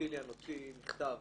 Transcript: סטיליאן הוציא מכתב